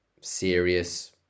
serious